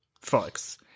folks